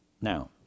Now